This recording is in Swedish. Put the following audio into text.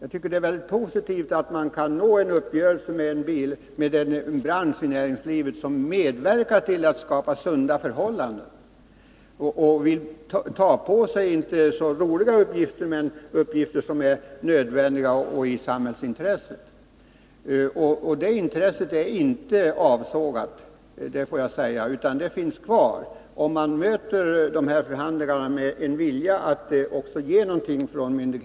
Jag tycker det är väldigt positivt om man kan nå en överenskommelse med en bransch inom näringslivet som medverkar till att skapa sunda förhållanden och vill ta på sig uppgifter som inte är så roliga men som är nödvändiga och i samhällets intresse. Det intresset är inte avsågat — det vill jag framhålla — och intresset finns kvar, om myndigheterna går till dessa förhandlingar med en vilja att också från sin sida ge någonting.